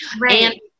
Right